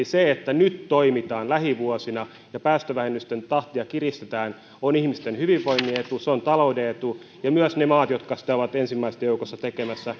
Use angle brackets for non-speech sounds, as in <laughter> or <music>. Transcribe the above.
<unintelligible> se että nyt toimitaan lähivuosina ja päästövähennysten tahtia kiristetään on ihmisten hyvinvoinnin etu se on talouden etu ja ne maat jotka sitä ovat ensimmäisten joukossa tekemässä <unintelligible>